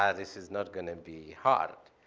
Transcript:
ah this is not going to be hard.